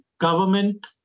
government